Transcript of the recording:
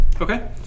Okay